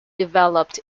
developed